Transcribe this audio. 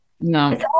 No